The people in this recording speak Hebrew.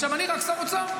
אני רק שר אוצר.